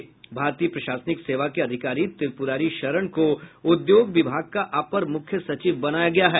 भारतीय प्रशासनिक सेवा के अधिकारी त्रिपुरारी शरण को उद्योग विभाग का अपर मुख्य सचिव बनाया गया है